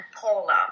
Paula